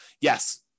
yes